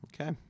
Okay